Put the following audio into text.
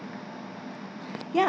ya